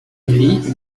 grille